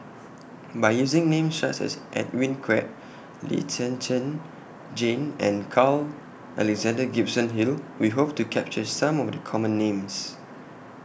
By using Names such as Edwin Koek Lee Zhen Zhen Jane and Carl Alexander Gibson Hill We Hope to capture Some of The Common Names